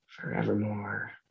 forevermore